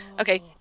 Okay